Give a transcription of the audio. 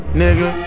nigga